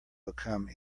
become